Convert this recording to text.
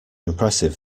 impressive